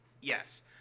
Yes